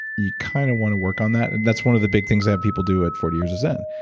you kind of want to work on that. and that's one of the big things i have people do at forty years of zen.